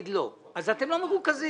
אז אתם לא מרוכזים.